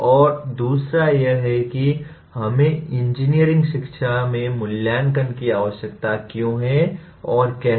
और दूसरा यह है कि हमें इंजीनियरिंग शिक्षा में मूल्यांकन की आवश्यकता क्यों है और कैसे